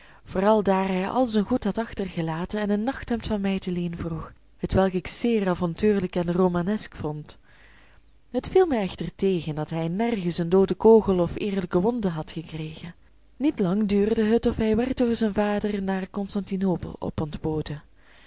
vooral daar hij al zijn goed had achtergelaten en een nachthemd van mij te leen vroeg hetwelk ik zeer avontuurlijk en romanesk vond het viel mij echter tegen dat hij nergens een dooden kogel of eerlijke wonde had gekregen niet lang duurde het of hij werd door zijn vader naar constantinopel opontboden